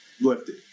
lifted